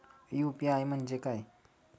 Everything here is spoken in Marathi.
यु.पी.आय म्हणजे काय?